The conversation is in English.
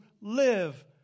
live